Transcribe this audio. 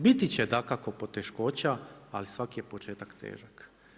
Biti će dakako poteškoća ali svaki je početak težak.